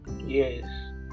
yes